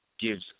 gives